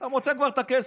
אתה כבר מוצא את הכסף.